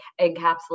encapsulate